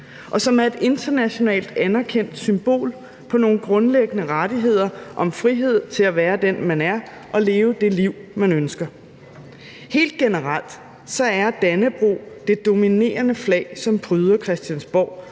som er et internationalt anerkendt symbol på nogle grundlæggende rettigheder om frihed til at være den, man er, og leve det liv, man ønsker. Helt generelt er Dannebrog det dominerende flag, som pryder Christiansborg,